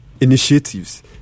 initiatives